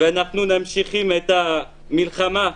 ואנחנו נמשיך את המלחמה.